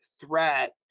threat